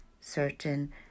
certain